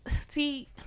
see